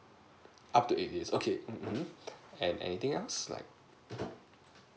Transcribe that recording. up to eight years okay mmhmm and anything else like